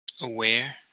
aware